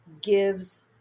Gives